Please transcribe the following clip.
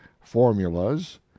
formulas